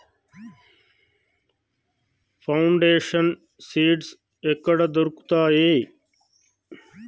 Foundation seeds ఎక్కడ దొరుకుతాయి?